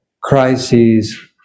crises